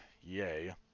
Yay